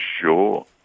Sure